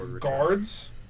guards